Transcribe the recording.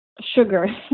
sugar